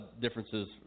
differences